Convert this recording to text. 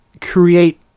create